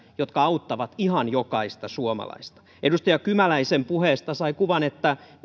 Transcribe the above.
jotka auttavat ihan jokaista suomalaista edustaja kymäläisen puheesta sai kuvan että